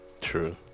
True